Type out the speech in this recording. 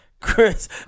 Chris